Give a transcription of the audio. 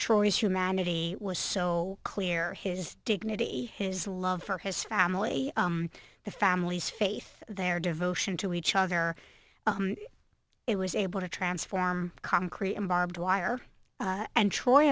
choice humanity was so clear his dignity his love for his family the family's faith their devotion to each other it was able to transform concrete and barbed wire and troy